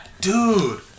Dude